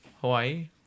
Hawaii